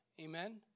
amen